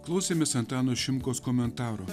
klausėmės antano šimkaus komentarų